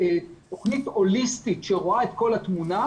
תוכנית הוליסטית שרואה את כל התמונה